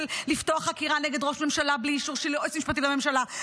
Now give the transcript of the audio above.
לפתוח חקירה נגד ראש ממשלה בלי אישור של יועץ משפטי לממשלה,